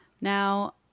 Now